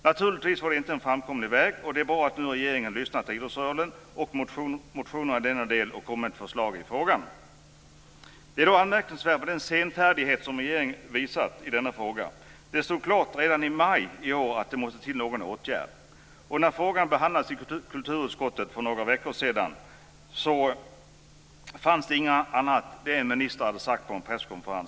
Naturligtvis var det inte en framkomlig väg, och det är bra att regeringen nu har lyssnat till idrottsrörelsen och motionärerna och kommit med ett förslag i frågan. Den senfärdighet som regeringen har visat i denna fråga är anmärkningsvärd. Det stod redan i maj i år klart att det måste vidtas någon åtgärd. När frågan behandlades i kulturutskottet för några veckor sedan fanns det inget annat att utgå från än det som en minister hade sagt på en presskonferens.